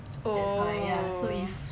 oh